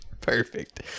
Perfect